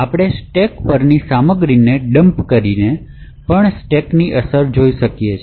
આપણે સ્ટેક પરની સામગ્રીને ડમ્પ કરીને પણ સ્ટેક પરની અસર જોઈ શકીએ છીએ